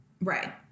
Right